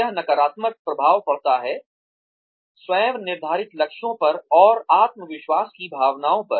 यह नकारात्मक प्रभाव पड़ता है स्व निर्धारित लक्ष्यों पर और आत्मविश्वास की भावनाओं पर